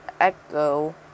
echo